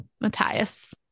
Matthias